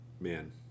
Man